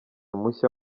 mushya